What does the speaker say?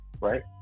right